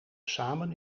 samen